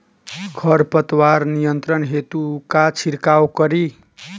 खर पतवार नियंत्रण हेतु का छिड़काव करी?